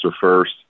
first